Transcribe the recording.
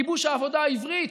כיבוש העבודה העברית.